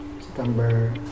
september